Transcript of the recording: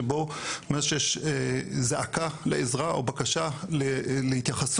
שבו ממש יש זעקה לעזרה או בקשה להתייחסות,